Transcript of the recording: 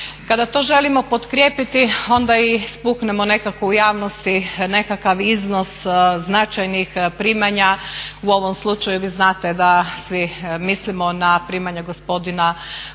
Kada to želimo potkrijepiti onda i spuknemo nekako u javnosti nekakav iznos značajnih primanja, u ovom slučaju vi znate da svi mislimo na primanja gospodina Glogoškog